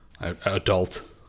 adult